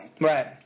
Right